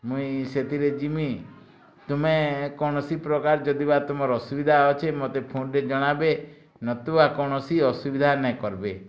ମୁଇଁ ସେଥିରେ ଯିମି ତୁମେ କୌଣସି ପ୍ରକାର୍ ଯଦିବା ତୁମର୍ ଅସୁବିଧା ଅଛି ମତେ ଫୋନ୍ଟେ ଜଣାବେ ନତୁବା କୌଣସି ଅସୁବିଧା ନାଇ କର୍ବେ